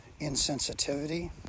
insensitivity